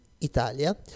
Italia